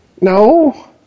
No